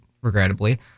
regrettably